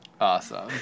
Awesome